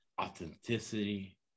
authenticity